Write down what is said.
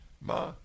Ma